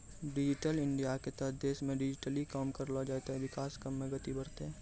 digital इंडियाके तहत देशमे डिजिटली काम करलो जाय ते विकास काम मे गति बढ़तै